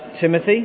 Timothy